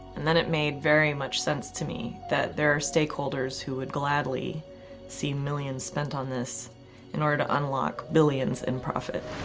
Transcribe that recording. and then it made very much sense to me that there are stakeholders who would gladly see millions spent on this in order to unlock billions in profit.